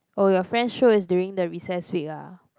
oh your friend show is during the recess week ah